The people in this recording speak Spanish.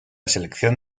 selección